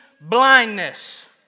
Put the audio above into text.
blindness